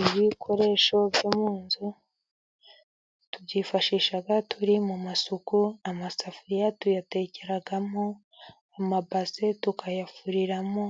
Ibikoresho byo mu nzu tubyifashisha turi mu masuku, amasafuriya tuyatekeramo, amabase tukayafuriramo,